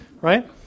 right